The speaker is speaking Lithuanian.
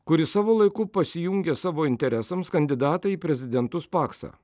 kuris savo laiku pasijungė savo interesams kandidatą į prezidentus paksą